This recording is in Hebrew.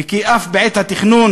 וכי אף בעת התכנון